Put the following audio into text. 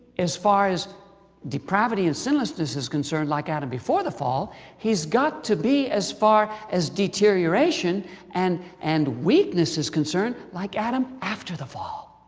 as far as depravity and sinlessness is concerned, like adam before the fall he's got to be, as far as deterioration and and weakness is concerned, like adam after the fall.